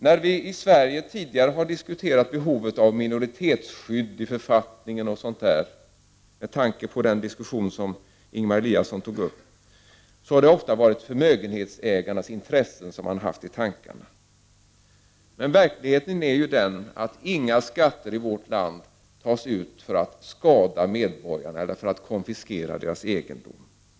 När vi i Sverige tidigare har diskuterat behovet av minoritetsskydd i författningen och sådana saker — jag säger detta med tanke på den diskussion som Ingemar Eliasson nu tog upp — har det ofta varit förmögenhetsägarnas intressen som man haft i tankarna. Men verkligheten är ju den att inga skatter i vårt land tas ut för att skada medborgarna eller för att konfiskera deras egendom.